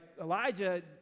elijah